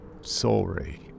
sorry